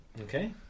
Okay